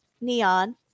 neon